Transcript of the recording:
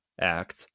act